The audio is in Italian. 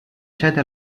cede